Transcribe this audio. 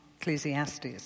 Ecclesiastes